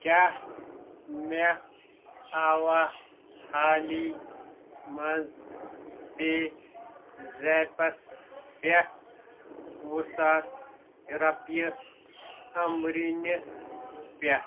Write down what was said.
کیٛاہ مےٚ آوا حالٕے منٛز پےٚ زیپَس پٮ۪ٹھ وُہ ساس رۄپیہِ عمبریٖنہِ پٮ۪ٹھٕ